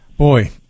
Boy